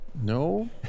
No